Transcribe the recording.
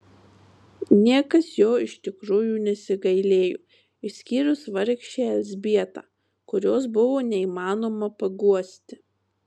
niekas jo iš tikrųjų nesigailėjo išskyrus vargšę elzbietą kurios buvo neįmanoma paguosti